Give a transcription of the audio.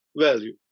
value